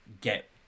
get